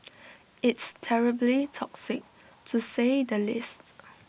it's terribly toxic to say the least